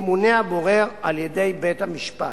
ימונה הבורר על-ידי בית-המשפט.